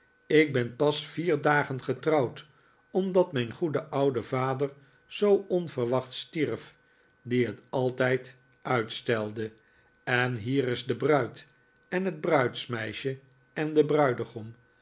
ik ben pas vier dagen getrouwd omdat mijn goede oude vader zoo onverwachts stierf die het altijd uitstelde en hier is de bruid en het bruidsmeisje en de bruidegom